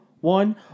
one